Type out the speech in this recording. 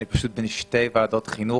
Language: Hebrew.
אני פשוט בין שתי ועדות חינוך,